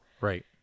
Right